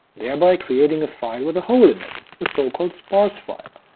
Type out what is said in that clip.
thereby creating a file with a hole in it, a so-called sparse file.